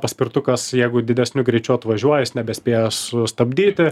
paspirtukas jeigu didesniu greičiu atvažiuoja jis nebespėja sustabdyti